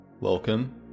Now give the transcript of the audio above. Welcome